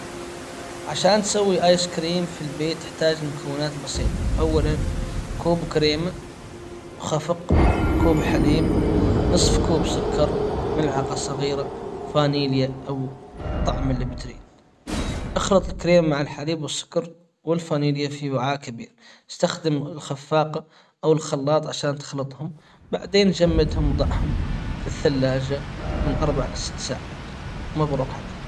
عشان تسوي ايس كريم في البيت تحتاج مكونات اولًا كوب كريمة خفق كوب حليب نصف كوب سكر ملعقة صغيرة فانيليا أو طعم اللي بتريد اخلط الكريم مع الحليب والسكر والفانيليا في وعاء كبير استخدم الخفاقة او الخلاط عشان تخلطهم بعدين جمدهم وظعهم في الثلاجة من اربع لست ساعات مبروك عليك.